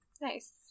Nice